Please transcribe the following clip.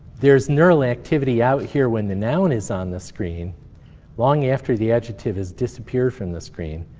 there is neural activity out here when the noun is on the screen long after the adjective has disappeared from the screen.